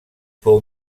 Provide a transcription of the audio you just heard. fou